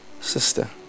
sister